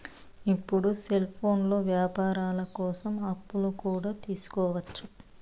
ఇప్పుడు సెల్ఫోన్లో వ్యాపారాల కోసం అప్పులు కూడా తీసుకోవచ్చు